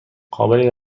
قابلی